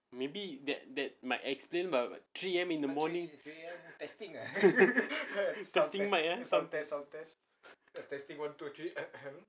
maybe that that might explain but three A_M in the morning testing mic ah